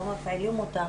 לא מפעילים אותה?